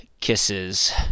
kisses